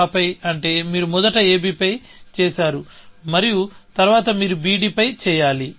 ఆపై అంటే మీరు మొదట ab పై చేశారు తరువాత మీరు bd పై చేయాలి